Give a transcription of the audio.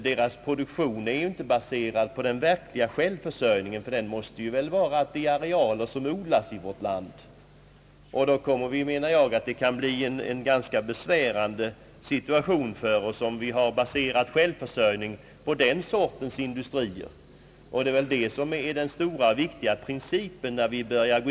Deras produktion är baserad på de arealer som odlas i vårt land eller på importfoder, och det kan därför bli en besvärande situation för oss om vi har baserat självförsörjningen på den sortens industrier. Det är en viktig princip i detta sammanhang.